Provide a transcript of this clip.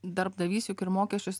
darbdavys juk ir mokesčius